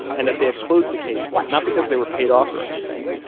and that they had closed the case not because they were paid off or anything,